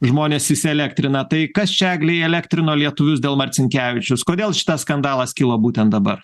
žmonės įsielektrina tai kas čia egle įelektrino lietuvius dėl marcinkevičiaus kodėl šitas skandalas kilo būtent dabar